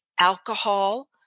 alcohol